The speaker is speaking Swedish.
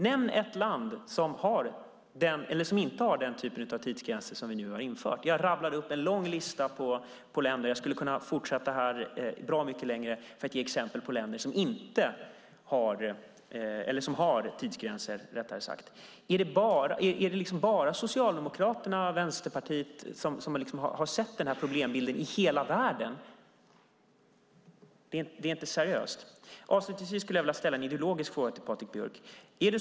Nämn ett land som inte har den typen av tidsgränser som vi nu har infört! Jag rabblade upp en lång lista på länder, och jag skulle kunna fortsätta mycket längre att ge exempel på länder som har tidsgränser. Är det bara Socialdemokraterna och Vänsterpartiet i hela världen som har sett den här problembilden? Det är inte seriöst. Avslutningsvis skulle jag vilja ställa en ideologisk fråga till Patrik Björck.